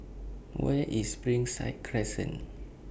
Where IS Springside Crescent